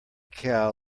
cow